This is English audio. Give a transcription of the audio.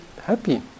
happy